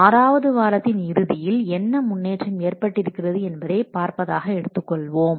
ஆறாவது வாரத்தின் இறுதியில் என்ன முன்னேற்றம் ஏற்பட்டிருக்கிறது என்பதை பார்ப்பதாக எடுத்துக்கொள்வோம்